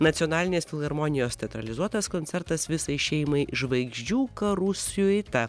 nacionalinės filharmonijos teatralizuotas koncertas visai šeimai žvaigždžių karų siuita